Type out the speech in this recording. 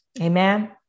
Amen